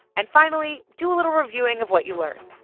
and finally, do a little reviewing of what you learned,